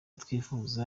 twifuza